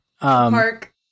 Park